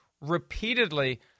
repeatedly